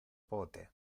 pote